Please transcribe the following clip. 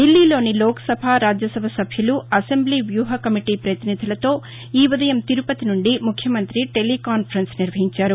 ధిల్లీలోని లోక్సభ రాజ్యసభ సభ్యులు అసెంబ్లీ వ్యూహ కమిటీ పతినిధులతో ఈ ఉదయం తిరుపతి నుండి ముఖ్యమంతి టెలీకాన్ఫరెన్స్ నిర్వహిహించారు